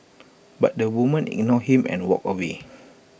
but the woman ignored him and walked away